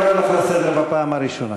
אני קורא אותך לסדר בפעם הראשונה.